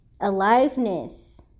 aliveness